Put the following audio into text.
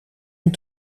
een